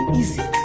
easy